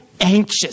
anxious